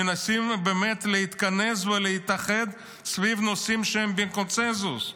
מנסים באמת להתכנס ולהתאחד סביב נושאים שהם בקונסנזוס.